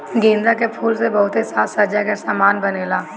गेंदा के फूल से बहुते साज सज्जा के समान बनेला